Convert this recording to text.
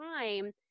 time